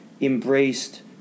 embraced –